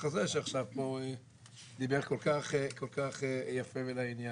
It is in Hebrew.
הזה שעכשיו פה דיבר כל כך יפה ולעניין.